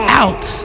out